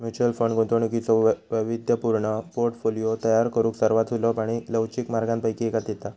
mutual fund गुंतवणुकीचो वैविध्यपूर्ण portfolio तयार करुक सर्वात सुलभ आणि लवचिक मार्गांपैकी एक देता